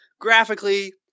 graphically